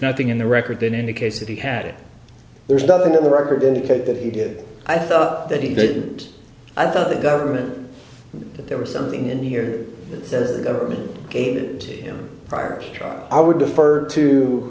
nothing in the record in any case if he had it there's nothing in the record indicate that he did i thought that he didn't i thought the government that there was something in here that the government aided him prior to trial i would defer to